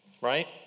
Right